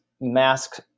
mask